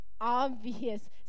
obvious